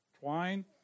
twine